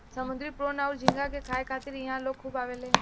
समुंद्री प्रोन अउर झींगा के खाए खातिर इहा लोग खूब आवेले